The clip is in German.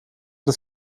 des